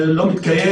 זה לא מתקיים,